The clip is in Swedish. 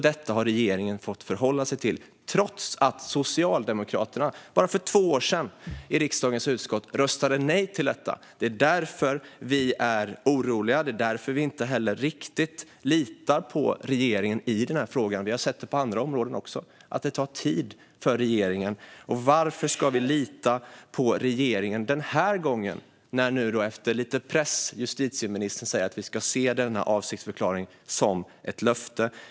Detta har regeringen fått förhålla sig till, trots att Socialdemokraterna för bara två år sedan i riksdagens utskott röstade nej till detta. Det är därför vi är oroliga. Det är därför vi inte heller riktigt litar på regeringen i frågan. Vi har sett detta på andra områden också; det tar tid för regeringen. Varför ska vi lita på regeringen den här gången när nu justitieministern efter lite press säger att vi ska se denna avsiktsförklaring som ett löfte?